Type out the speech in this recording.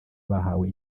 bahawe